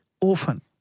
orphan